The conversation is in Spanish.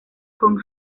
con